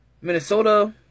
Minnesota